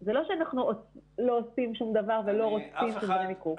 זה לא שאנחנו לא עושים שום דבר ולא רוצים שדברים יקרו.